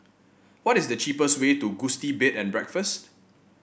what is the cheapest way to Gusti Bed and Breakfast